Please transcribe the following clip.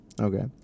Okay